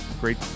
Great